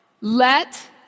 Let